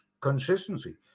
consistency